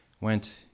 went